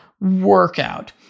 workout